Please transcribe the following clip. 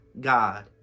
God